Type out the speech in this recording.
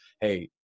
hey